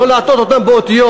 לא להטעות אותם באותיות.